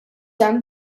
hemm